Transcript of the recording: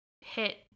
hit